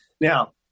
Now